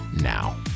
now